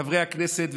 חברי הכנסת,